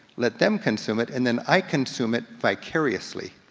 let them consume it, and then i consume it vicariously.